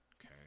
okay